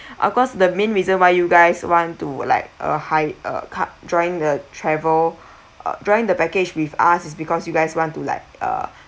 of course the main reason why you guys want to like uh hire a during the travel uh during the package with us is because you guys want to like uh be